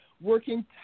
Working